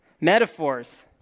metaphors